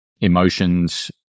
emotions